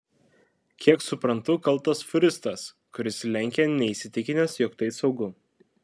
kiek suprantu kaltas fūristas kuris lenkė neįsitikinęs jog tai saugu